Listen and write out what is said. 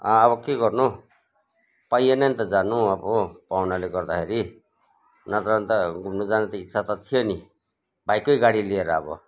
अँ अब के गर्नु पाइएन नि त जानु अब पाहुनाले गर्दाखेरि नत्र भने त घुम्नु जानु त इच्छा त थियो नि भाइकै गाडी लिएर अब